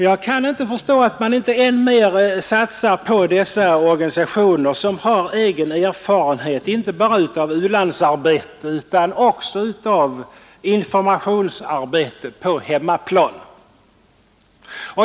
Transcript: Jag kan inte förstå att man inte än mera satsar på dessa organisationer, som har egen erfarenhet inte bara av u-landsarbete utan också av informationsarbete på hemmaplan.